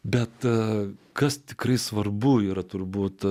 be to kas tikrai svarbu yra turbūt